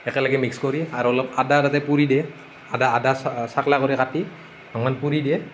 একেলগে মিক্স কৰি আৰু অলপ আদা তাতে পুৰি দিয়ে আদা আদা চকলা কৰি কাটি অকণমান পুৰি দিয়ে